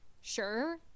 sure